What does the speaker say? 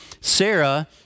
Sarah